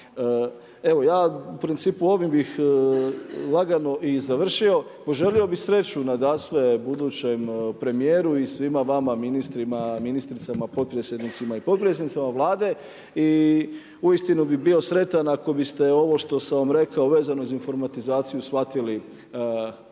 Evo ja u principu ovim bih lagano i završio. Poželio bih sreću nadasve budućem premijeru i svima vama ministrima, ministricama, potpredsjednicima i potpredsjednicama Vlade i uistinu bih bio sretan ako biste ovo što sam vam rekao vezano za informatizaciju shvatili doslovno